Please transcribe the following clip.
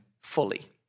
fully